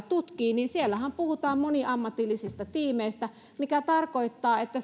tutkii niin siellähän puhutaan moniammatillisista tiimeistä mikä tarkoittaa että